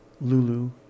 Lulu